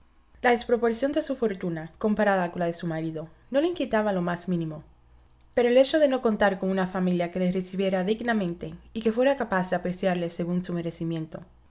la desproporción de su fortuna comparada con la de su marido no la in quietaba lo más mínimo pero el hecho de no contar con una familia que le recibiera dignamente y que fuera capaz de apreciarle según su merecimiento